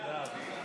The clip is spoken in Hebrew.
כץ.